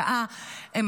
שעה.